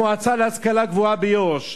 המועצה להשכלה גבוהה ביו"ש,